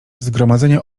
zgromadzenie